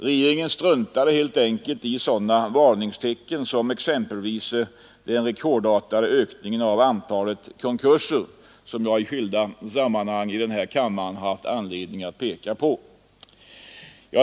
Regeringen struntade helt enkelt i sådana varningstecken som exempelvis den rekordartade ökningen av antalet konkurser, som jag i skilda sammanhang i denna kammare haft anledning att peka på.